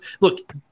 look